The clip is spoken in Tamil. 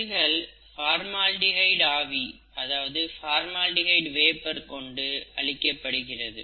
செல்கள் ஃபார்மால்டிஹைடு ஆவி கொண்டு அழிக்கப்படுகிறது